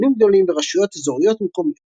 ארגונים גדולים ורשויות אזוריות ומקומיות.